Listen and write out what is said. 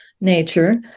nature